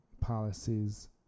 policies